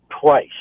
twice